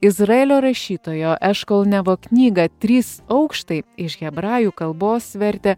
izraelio rašytojo eškol nevo knygą trys aukštai iš hebrajų kalbos vertė